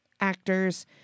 actors